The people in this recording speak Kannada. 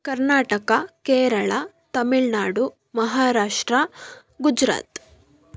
ಕರ್ನಾಟಕ ಕೇರಳ ತಮಿಳ್ ನಾಡು ಮಹಾರಾಷ್ಟ್ರ ಗುಜರಾತ್